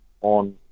on